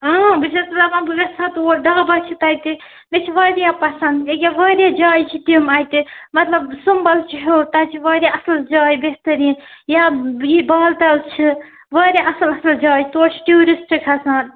بہٕ چھَس دپان بہٕ گَژھٕ ہا تور ڈاباہ چھِ تَتہِ مےٚ چھُ وارِیاہ پسنٛد یہِ کیٛاہ وارِیاہ جایہِ چھِ تِم اَتہِ مطلب سُمبل چھِ ہوٚر تَتہِ چھِ وارِیاہ اَصٕل جاے بہتریٖن یا بال تل چھِ وارِیاہ اَصٕل اَصٕل جاے تور چھِ ٹوٗرِسٹ کھَسان